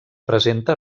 presenta